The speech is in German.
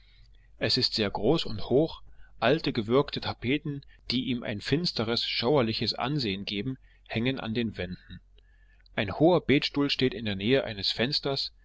es ist sehr groß und hoch alte gewirkte tapeten die ihm ein finsteres schauerliches ansehen geben hängen an den wänden ein hoher betstuhl steht in der nähe eines fensters